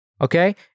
okay